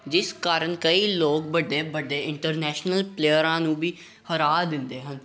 ਜਿਸ ਕਾਰਨ ਕਈ ਲੋਕ ਵੱਡੇ ਵੱਡੇ ਇੰਟਰਨੈਸ਼ਨਲ ਪਲੇਅਰਾਂ ਨੂੰ ਵੀ ਹਰਾ ਦਿੰਦੇ ਹਨ